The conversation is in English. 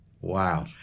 Wow